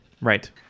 right